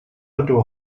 otto